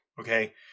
okay